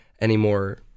anymore